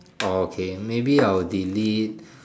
orh okay maybe I will delete